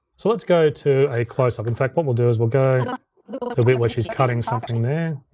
so let's go to a closeup. in fact, what we'll do is we'll go where she's cutting something there.